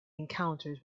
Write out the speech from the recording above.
encounters